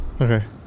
Okay